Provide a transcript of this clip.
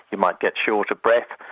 you might get short of breath,